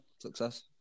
success